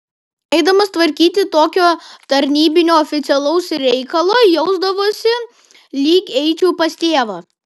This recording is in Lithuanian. eidamas tvarkyti kokio tarnybinio oficialaus reikalo jausdavausi lyg eičiau pas tėvą